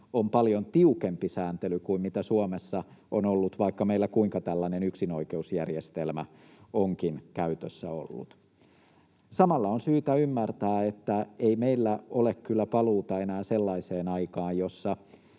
on paljon tiukempi sääntely kuin mitä Suomessa on ollut, vaikka meillä kuinka tällainen yksinoikeusjärjestelmä onkin käytössä ollut. Samalla on syytä ymmärtää, että ei meillä ole paluuta enää sellaiseen aikaan, jossa